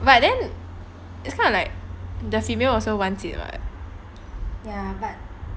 but then it's kind of like the female also kind of want's it [what]